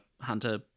hunter